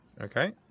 Okay